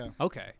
Okay